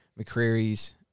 McCreary's